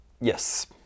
Yes